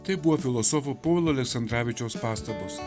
tai buvo filosofo povilo aleksandravičiaus pastabos